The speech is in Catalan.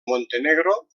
montenegro